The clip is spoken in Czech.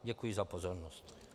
Děkuji za pozornost.